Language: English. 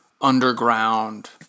underground